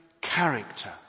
character